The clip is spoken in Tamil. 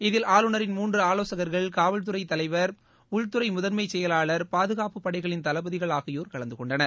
இதில் ஆளுநரின் மூன்று ஆலோசகங்கள் காவல்துறை தலைவர் உள்துறை முதன்மை செயலாளர் பாதுகாப்பு படைகளின் தளபதிகள் ஆகியோர் கலந்து கொண்டனர்